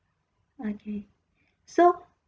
okay so